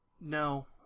No